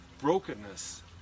Brokenness